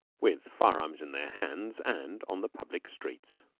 with fire-arms in their hands, and on the public streets.